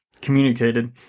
communicated